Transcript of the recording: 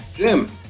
Jim